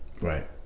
right